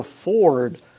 afford